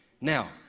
Now